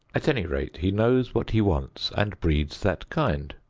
at any rate he knows what he wants and breeds that kind.